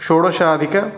षोडशाधिक